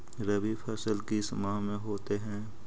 रवि फसल किस माह में होते हैं?